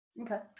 okay